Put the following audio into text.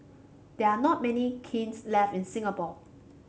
there are not many kilns left in Singapore